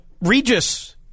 Regis